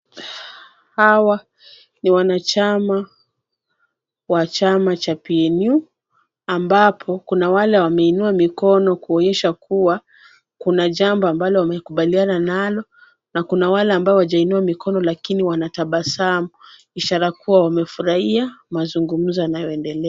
Hawa ni wanachama wa chama cha PNU ambapo kuna wale wameinua mikono kuonyesha kuwa kuna jambo ambalo wamekubaliana nalo na kuna wale ambao hawajainua mikono lakini wanatabasamu ishara kuwa wamefurahia mazungumzo yanayoendelea.